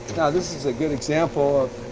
now this is a good example of,